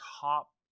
top